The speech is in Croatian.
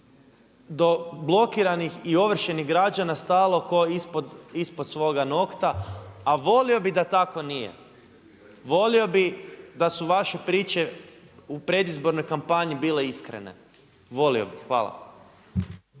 do blokiranih i ovršenih građana stalo kao ispod, ispod svoga nokta a volio bih da tako nije, volio bih da su vaše priče u predizbornoj kampanji bile iskrene, volio bih. Hvala.